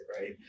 right